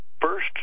first